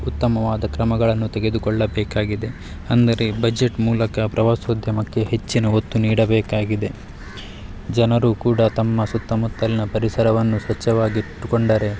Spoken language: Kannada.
ಉತ್ತಮವಾದ ಕ್ರಮಗಳನ್ನು ತೆಗೆದುಕೊಳ್ಳಬೇಕಾಗಿದೆ ಅಂದರೆ ಬಜೆಟ್ ಮೂಲಕ ಪ್ರವಾಸೋದ್ಯಮಕ್ಕೆ ಹೆಚ್ಚಿನ ಒತ್ತು ನೀಡಬೇಕಾಗಿದೆ ಜನರು ಕೂಡ ತಮ್ಮ ಸುತ್ತಮುತ್ತಲಿನ ಪರಿಸರವನ್ನು ಸ್ವಚ್ಛವಾಗಿಟ್ಟುಕೊಂಡರೆ